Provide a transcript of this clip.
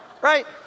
right